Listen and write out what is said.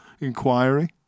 inquiry